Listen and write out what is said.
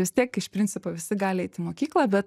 vis tiek iš principo visi gali eit į mokyklą bet